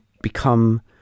become